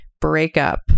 Breakup